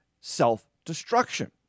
self-destruction